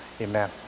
amen